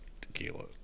tequila